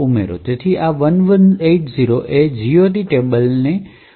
તેથી આ 1180 એ GOT ટેબલ માટેનું setફસેટ છે